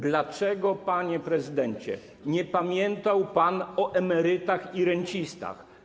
Dlaczego, panie prezydencie, nie pamiętał pan o emerytach i rencistach?